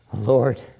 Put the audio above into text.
Lord